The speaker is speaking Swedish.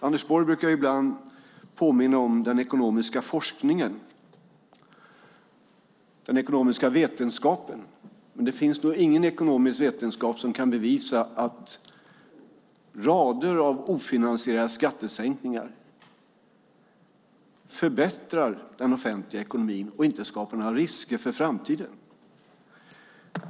Anders Borg brukar ibland påminna om den ekonomiska forskningen och vetenskapen, men det finns nog ingen ekonomisk vetenskap som kan bevisa att rader av ofinansierade skattesänkningar förbättrar den offentliga ekonomin och inte skapar några risker för framtiden.